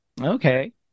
Okay